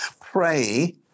Pray